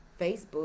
Facebook